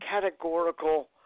categorical